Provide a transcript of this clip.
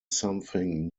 something